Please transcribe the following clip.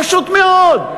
פשוט מאוד.